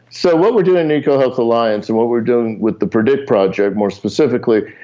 so what we're doing in ecohealth alliance and what we're doing with the predict project more specifically,